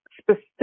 specific